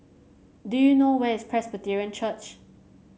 do you know where is Presbyterian Church